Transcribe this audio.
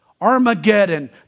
Armageddon